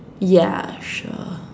ya sure